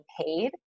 paid